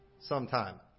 sometime